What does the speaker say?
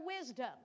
wisdom